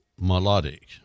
melodic